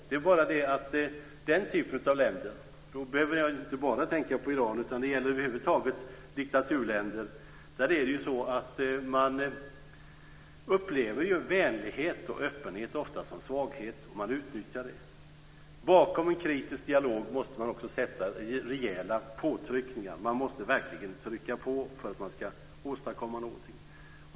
Det är bara det att i den här typen av länder, då behöver jag inte bara tänka på Iran utan det gäller diktaturländer över huvud taget, upplever man ofta vänlighet och öppenhet som svaghet, och man utnyttjar det. Bakom en kritisk dialog måste man sätta rejäla påtryckningar. Man måste verkligen trycka på för att man ska åstadkomma något.